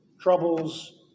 troubles